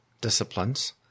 disciplines